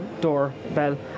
doorbell